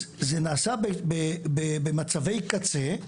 אז זה נעשה במצבי קצה,